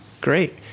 Great